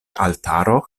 altaro